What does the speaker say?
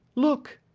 look